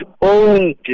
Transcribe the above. own